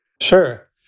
Sure